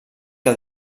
que